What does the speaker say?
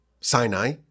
Sinai